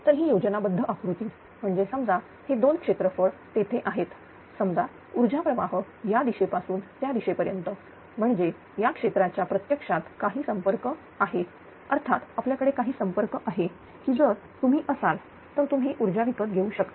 तर ही योजनाबद्ध आकृती म्हणजे समजा हे दोन क्षेत्रफळ तेथे आहेत समजा ऊर्जा प्रवाह या दिशेपासून त्या दिशे पर्यंत म्हणजेया क्षेत्राचा प्रत्यक्षात काही संपर्क आहे अर्थात आपल्याकडे काही संपर्क आहे की जर तुम्ही असाल तर तुम्ही ऊर्जा विकत घेऊ शकता